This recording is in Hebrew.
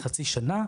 נגיד חצי שנה,